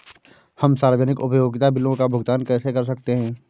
हम सार्वजनिक उपयोगिता बिलों का भुगतान कैसे कर सकते हैं?